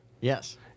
Yes